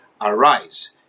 arise